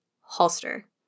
Holster